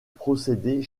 procédés